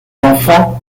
enfants